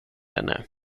henne